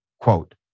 Quote